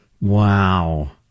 Wow